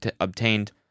obtained